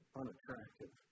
unattractive